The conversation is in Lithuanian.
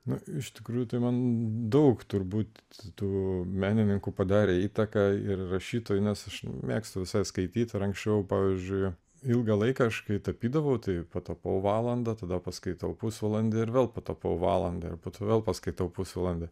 na iš tikrųjų tai man daug turbūt tų menininkų padarė įtaką ir rašytojai nes aš mėgstu visas skaityti ir anksčiau pavyzdžiui ilgą laiką aš kai tapydavau tai patapau valandą tada paskaitau pusvalandį ir vėl patapau valandą ir po to vėl paskaitau pusvalandį